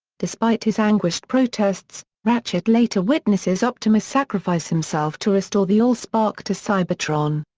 despite his anguished protests, ratchet later witnesses optimus sacrifice himself to restore the allspark to cybertron.